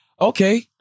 okay